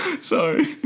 Sorry